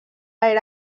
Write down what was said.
era